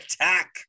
attack